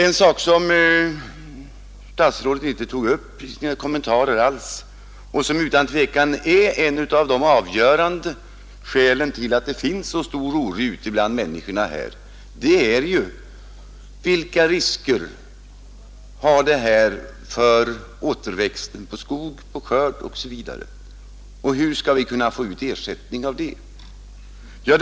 En sak som statsrådet inte alls tog upp i sina kommentarer men som utan tvivel hör till de avgörande skälen till att det finns så stor oro bland människorna är risken för skador på skogens återväxt, på gröda osv. Hur skall man kunna få ut någon ersättning för detta?